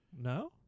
No